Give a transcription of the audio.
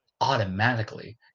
automatically